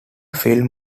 film